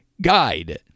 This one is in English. guide